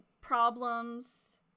problems